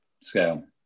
scale